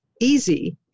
easy